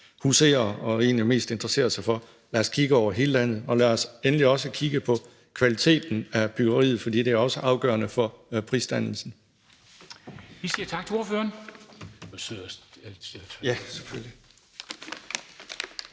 som man egentlig mest interesserer sig for. Lad os kigge over hele landet, og lad os endelig også kigge på kvaliteten af byggeriet, for det er også afgørende for prisdannelsen.